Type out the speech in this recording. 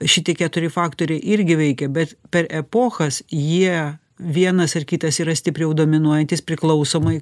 šitie keturi faktoriai irgi veikia bet per epochas jie vienas ar kitas yra stipriau dominuojantis priklausomai